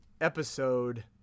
episode